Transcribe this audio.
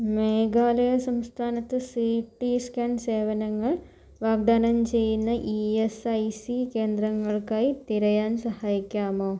മേഘാലയ സംസ്ഥാനത്ത് C T scan സേവനങ്ങൾ വാഗ്ദാനം ചെയ്യുന്ന ഇ എസ് ഐ സി കേന്ദ്രങ്ങൾക്കായി തിരയാൻ സഹായിക്കാമോ